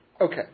Okay